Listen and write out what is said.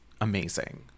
amazing